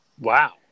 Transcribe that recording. Wow